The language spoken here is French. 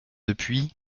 depuis